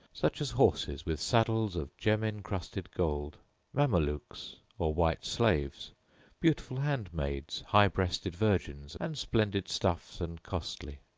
such as horses with saddles of gem encrusted gold mamelukes, or white slaves beautiful handmaids, high breasted virgins, and splendid stuffs and costly.